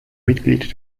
mitglied